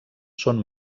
són